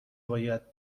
باید